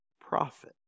profit